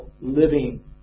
living